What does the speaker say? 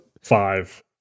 five